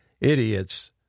idiots